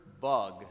bug